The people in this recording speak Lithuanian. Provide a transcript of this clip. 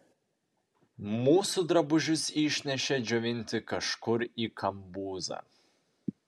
mūsų drabužius išnešė džiovinti kažkur į kambuzą